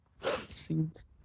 Seeds